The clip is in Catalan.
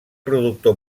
productor